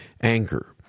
anger